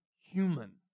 human